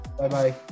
Bye-bye